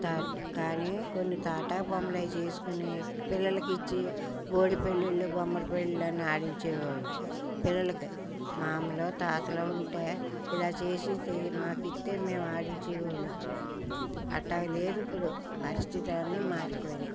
తా కానీ కొన్ని తాటాకు బొమ్మలు అవి చేసుకొని పిల్లలకి ఇచ్చి బోడి పెళ్ళిళ్ళు బొమ్మల పెళ్ళిళ్ళు అని ఆడించేవాళ్ళు పిల్లలకి మామలు తాతలు ఉంటే ఇలా చేసి చే మాకు ఇస్తే మేము ఆడించేవాళ్ళు అలాగా లేదు ఇప్పుడు పరిస్థితి అన్నీ మారిపోయినవి